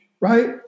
right